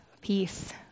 peace